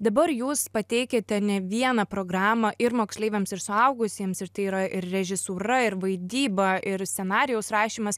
dabar jūs pateikėte ne vieną programą ir moksleiviams ir suaugusiems ir tai yra ir režisūra ir vaidyba ir scenarijaus rašymas